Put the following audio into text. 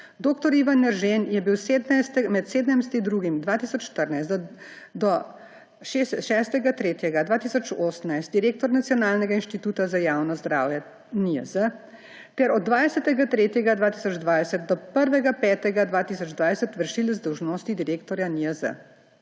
Dr. Ivan Eržen je bil v času 17. 2. 2014 do 6. 3. 2018 direktor Nacionalnega inštituta za javno zdravje NIJZ ter od 20. 3. 2020 do 1. 5. 2020 vršilec dolžnosti direktorja NIJZ.